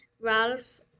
Ralph